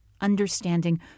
understanding